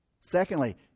secondly